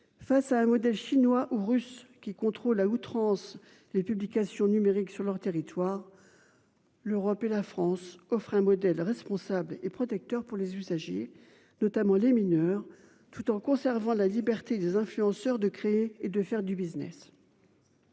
Face à un modèle chinois ou russes, qui contrôlent à outrance les publications numériques sur leur territoire. L'Europe et la France offre un modèle responsable et protecteur pour les usagers, notamment les mineurs tout en conservant la liberté des influenceurs de créer et de faire du Business.